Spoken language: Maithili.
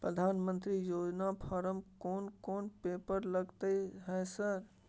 प्रधानमंत्री योजना फारम कोन कोन पेपर लगतै है सर?